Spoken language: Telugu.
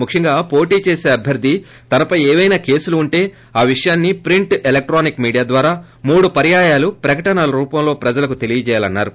ముఖ్యంగా పోట్ చేసే అభ్వర్షి తనపై ఏపైనా కేసులు ఉంటే ఆ విషయాన్ని ప్రింట్ ఎలక్టానిక్ మీడియా ద్వారా మూడు పర్యాయాలు ప్రకటనల రూపంలో ప్రజలకు తెలియజేయాలన్నారు